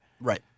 Right